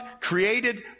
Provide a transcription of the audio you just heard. created